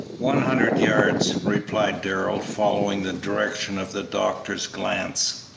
one hundred yards, replied darrell, following the direction of the doctor's glance.